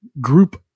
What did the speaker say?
group